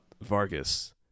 Vargas